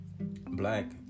black